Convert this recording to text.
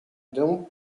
deomp